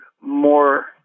more